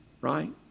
Right